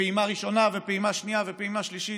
ופעימה ראשונה ופעימה שנייה ופעימה שלישית.